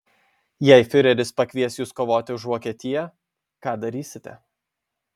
jei fiureris pakvies jus kovoti už vokietiją ką darysite